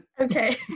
okay